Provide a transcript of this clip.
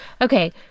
Okay